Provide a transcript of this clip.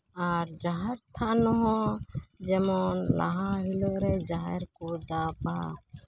ᱟᱨ ᱡᱟᱦᱮᱨ ᱛᱷᱟᱱ ᱦᱚᱸ ᱡᱮᱢᱚᱱ ᱡᱟᱦᱟᱸ ᱦᱤᱞᱳᱜ ᱨᱮ ᱡᱟᱦᱮᱨ ᱠᱚ ᱫᱟᱵᱟ